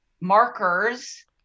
markers